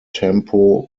tempo